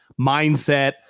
mindset